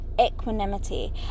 equanimity